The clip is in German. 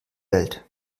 welt